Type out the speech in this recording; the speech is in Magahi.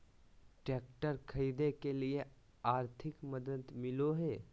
ट्रैक्टर खरीदे के लिए आर्थिक मदद मिलो है?